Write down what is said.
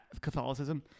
Catholicism